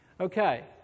Okay